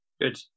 Good